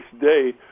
day